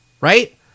Right